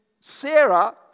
Sarah